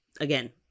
Again